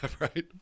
right